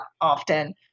often